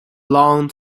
long